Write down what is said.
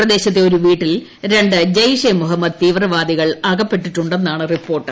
പ്രദേശത്തെ ഒരു വീട്ടിൽ ്തുണ്ട് ജയ്ഷെ മുഹമ്മദ് തീവ്രവാദികൾ അകപ്പെട്ടിട്ടുണ്ടെന്നാണ് റ്റിപ്പോ്ർട്ട്